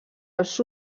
als